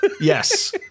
Yes